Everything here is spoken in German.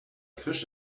fisch